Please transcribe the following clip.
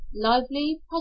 lively